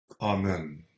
Amen